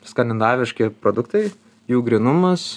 skandinaviški produktai jų grynumas